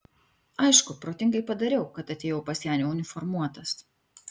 aišku protingai padariau kad atėjau pas ją neuniformuotas